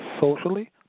socially